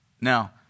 Now